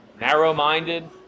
narrow-minded